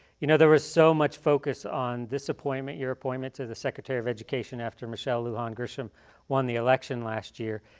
you know there was so much focus on this appointment, your appointment to the secretary of education after michelle lujan grisham won election last year.